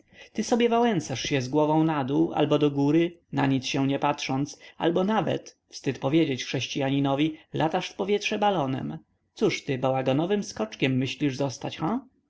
ty sobie wałęsasz się z głową nadół albo do góry na nic się nie patrząc albo nawet wstyd powiedzieć chrześcianinowi latasz w powietrze balonem cóż ty bałaganowym skoczkiem myślisz zostać ha